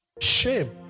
shame